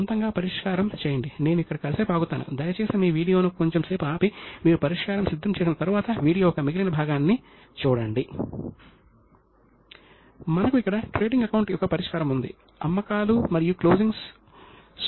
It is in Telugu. ఎందుకంటే వారికి మంచి జీతం ఇవ్వకపోతే వారు మోసానికి పాల్పడే అవకాశాలు ఎక్కువగా ఉంటాయి